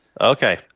Okay